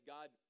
God